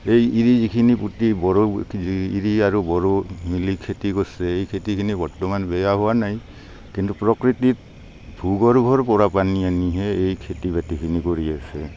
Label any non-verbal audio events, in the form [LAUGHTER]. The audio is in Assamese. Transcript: এই [UNINTELLIGIBLE] মিলি খেতি কৰিছে এই খেতিখিনি বৰ্তমান বেয়া হোৱা নাই কিন্তু প্ৰকৃতিত ভূ গৰ্ভৰ পৰা পানী আনিহে এই খেতি বাতিখিনি কৰি আছে